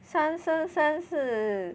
三生三世